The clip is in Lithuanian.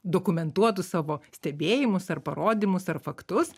dokumentuotų savo stebėjimus ar parodymus ar faktus